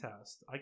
test